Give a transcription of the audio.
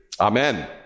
Amen